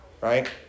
right